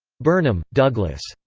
burnham, douglas.